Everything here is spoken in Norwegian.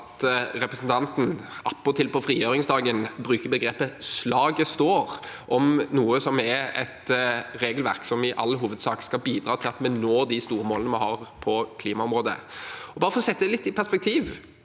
at representanten, attpåtil på frigjøringsdagen, bruker begrepet «slaget står» om noe som er et regelverk som i all hovedsak skal bidra til at vi når de store målene vi har på klimaområdet. For å sette det litt i perspektiv: